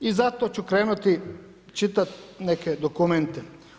I zato ću krenuti čitati neke dokumente.